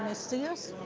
ah see us?